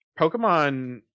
Pokemon